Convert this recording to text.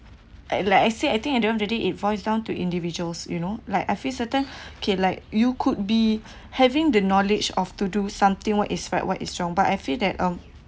I like I say I think at the end of the day it boils down to individuals you know like I feel certain okay like you could be having the knowledge of to do something what is right what is wrong but I feel that um